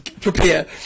Prepare